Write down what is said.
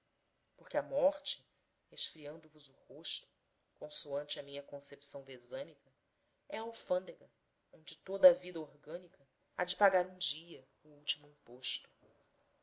porque a morte resfriando vos o rosto consoante a minha concepção vesânica é a alfândega onde toda a vida orgânica há de pagar um dia o último imposto